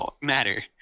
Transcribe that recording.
matter